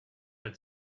had